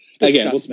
Again